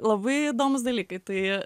labai įdomūs dalykai tai